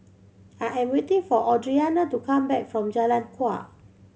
I am waiting for Audrianna to come back from Jalan Kuak